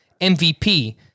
MVP